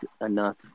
enough